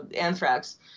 anthrax